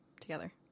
together